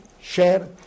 share